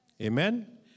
Amen